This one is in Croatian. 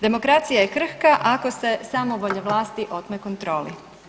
Demokracija je krhka ako se samovolja vlasti otme kontroli.